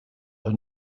her